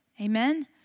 Amen